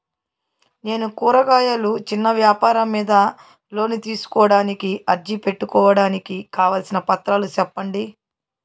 నేను కూరగాయలు చిన్న వ్యాపారం మీద లోను తీసుకోడానికి అర్జీ పెట్టుకోవడానికి కావాల్సిన పత్రాలు సెప్పండి?